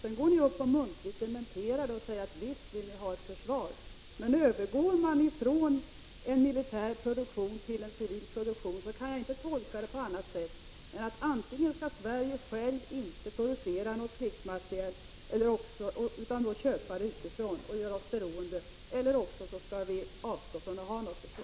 Nu går ni upp och dementerar det muntligen och säger, att visst vill vi ha ett försvar. Men övergår man från militär produktion till civil produktion kan jag inte tolka det på annat sätt än att antingen skall Sverige själv inte producera någon krigsmateriel utan köpa den utifrån och därmed bli beroende av andra länder eller också skall vi avstå från att ha ett försvar.